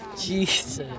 Jesus